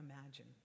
imagine